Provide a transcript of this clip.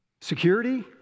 security